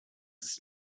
ist